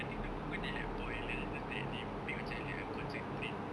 ya I think the moment they like boil and then after that they make macam like concentrate